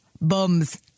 bums